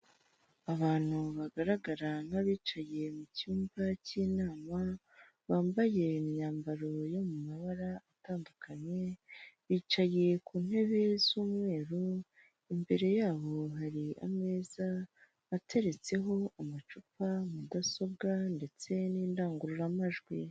Abantu bagaragara nk'abicariye mu cyumba cy'inama bambaye imyambaro yo mu mabara atandukanye, bicaye ku ntebe z'umweru imbere yabo hari ameza ateretseho amacupa, mudasobwa ndetse n'indangururamajwi.